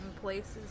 places